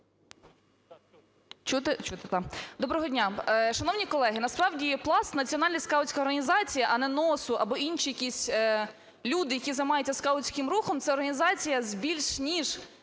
Доброго дня! Шановні колеги, насправді Пласт – Національна скаутська організація, а не НСОУ, або інші якісь люди, які займаються скаутським руху, це організація з більш ніж